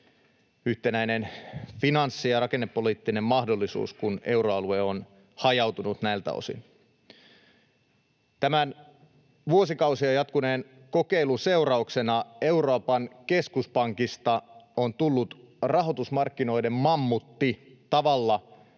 yhtenäinen finanssi- ja rakennepoliittinen mahdollisuus, kun euroalue on hajautunut näiltä osin. Tämän vuosikausia jatkuneen kokeilun seurauksena Euroopan keskuspankista on tullut rahoitusmarkkinoiden mammutti tavalla,